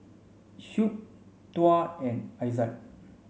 Shuib Tuah and Izzat